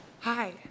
Hi